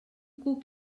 cuc